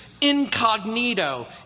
incognito